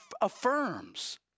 affirms